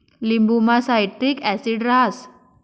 लिंबुमा citric acid रहास